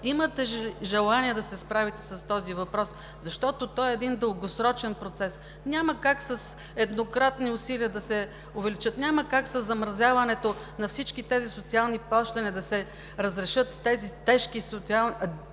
Имате ли желание да се справите с този въпрос, защото той е дългосрочен процес? Няма как с еднократни усилия да се увеличат, няма как със замразяването на всички тези социални плащания да се разрешат тежките демографски